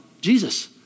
Jesus